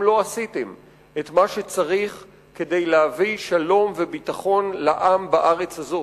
לא עשיתם את מה שצריך כדי להביא שלום וביטחון לעם בארץ הזאת.